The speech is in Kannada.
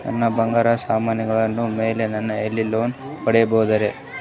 ನನ್ನ ಬಂಗಾರ ಸಾಮಾನಿಗಳ ಮ್ಯಾಲೆ ನಾ ಎಲ್ಲಿ ಲೋನ್ ಪಡಿಬೋದರಿ?